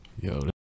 yo